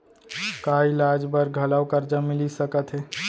का इलाज बर घलव करजा मिलिस सकत हे?